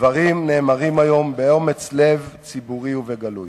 דברים נאמרים היום באומץ לב ציבורי ובגלוי.